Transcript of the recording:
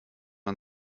man